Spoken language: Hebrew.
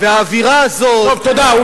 והאווירה הזאת, טוב, תודה.